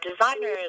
designers